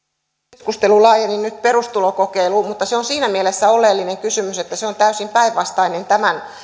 keskustelu laajeni nyt perustulokokeiluun mutta se on siinä mielessä oleellinen kysymys että se on täysin päinvastainen tämän